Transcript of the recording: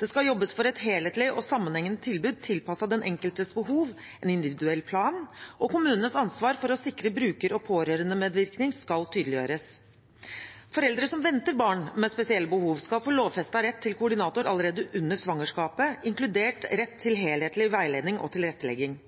Det skal jobbes for et helhetlig og sammenhengende tilbud tilpasset den enkeltes behov, en individuell plan, og kommunenes ansvar for å sikre bruker- og pårørendemedvirkning skal tydeliggjøres. Foreldre som venter barn med spesielle behov, skal få lovfestet rett til koordinator allerede under svangerskapet, inkludert rett til helhetlig veiledning og tilrettelegging.